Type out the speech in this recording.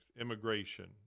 immigration